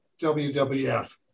WWF